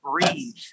breathe